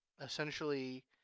essentially